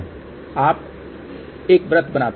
अब आप एक वृत्त बनाते हैं